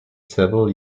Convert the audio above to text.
several